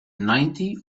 ninety